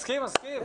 מסכים, מסכים.